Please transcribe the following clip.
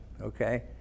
okay